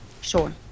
Sure